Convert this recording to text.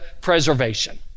preservation